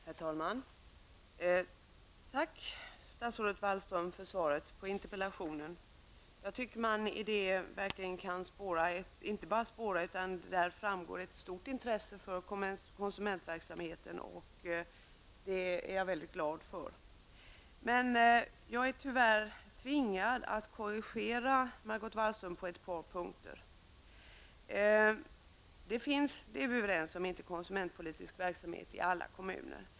Herr talman! Jag vill tacka statsrådet Wallström för svaret på interpellationen. Av svaret framgår ett stort intresse för konsumentverksamheten, vilket jag är mycket glad för. Jag är emellertid tyvärr tvingad att korrigera Margot Wallström på ett par punkter. Det finns inte konsumentpolitisk verksamhet i alla kommuner.